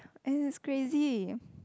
and it's crazy